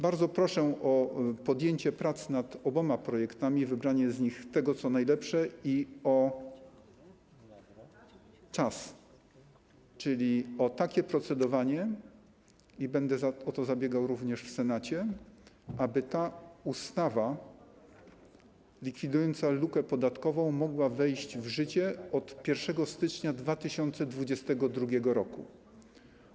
Bardzo proszę o podjęcie prac nad oboma projektami, wybranie z nich tego, co najlepsze, i o czas, czyli o takie procedowanie - będę o to zabiegał również w Senacie - aby ta ustawa likwidująca lukę podatkową mogła wejść w życie od 1 stycznia 2022 r.